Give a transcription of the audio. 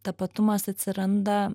tapatumas atsiranda